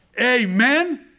Amen